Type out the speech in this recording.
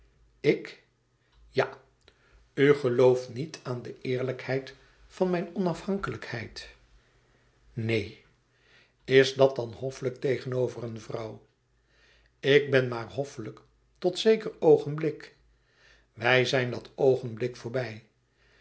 ik ja u gelooft niet aan de eerlijkheid van mijn onafhankelijkheid neen is dat dan hoffelijk tegenover een vrouw ik ben maar hoffelijk tot zeker oogenblik wij zijn dat oogenblik voorbij